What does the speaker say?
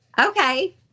Okay